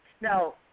Now